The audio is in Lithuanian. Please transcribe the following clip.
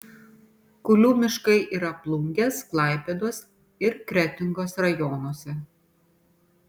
kulių miškai yra plungės klaipėdos ir kretingos rajonuose